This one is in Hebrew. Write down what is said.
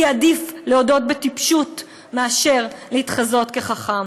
כי עדיף להודות בטיפשות מאשר להתחזות כחכם.